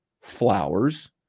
Flowers